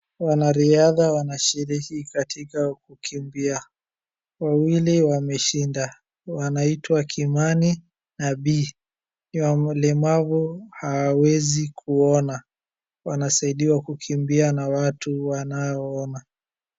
Wanariadha wanashiriki katika kukimbia, wawili wameshinda wanaitwa Kimani na B. Ni walemavu hawawezi kuona wanasaidiwa kukimbia na watu wanaoona.